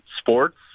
sports